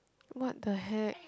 what the heck